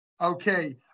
Okay